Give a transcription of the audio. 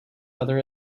other